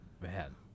Man